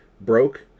broke